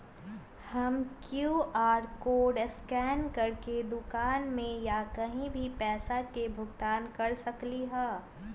हम QR code scan करके दुकान में या कहीं भी पैसा के भुगतान कर सकली ह?